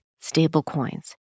stablecoins